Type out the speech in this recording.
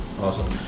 Awesome